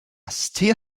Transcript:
still